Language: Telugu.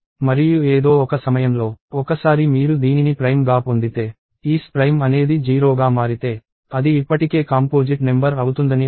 మరియు ఏదో ఒక సమయంలో ఒకసారి మీరు దీనిని ప్రైమ్ గా పొందితే ఈస్ ప్రైమ్ అనేది 0 గా మారితే అది ఇప్పటికే కాంపోజిట్ నెంబర్ అవుతుందని అర్థం